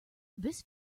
this